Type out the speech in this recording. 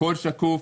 הכול שקוף.